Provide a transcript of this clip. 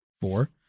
Four